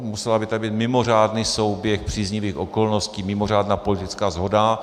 Musel by tu být mimořádný souběh příznivých okolností, mimořádná politická shoda.